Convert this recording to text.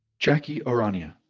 jacki o'rania,